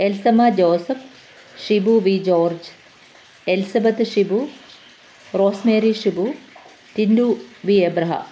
Elsamma Joseph Shibu V George Elizabeth Shibu Rosemary Shibu Tintu V Abraham